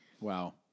Wow